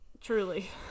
Truly